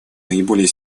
наиболее